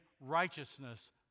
righteousness